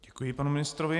Děkuji panu ministrovi.